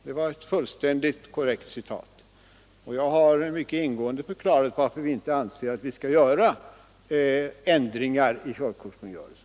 Herr talman! Ja, just det. Det var ett fullständigt korrekt citat. Jag har mycket ingående förklarat varför vi inte anser att vi skall göra ändringar i körkortskungörelsen.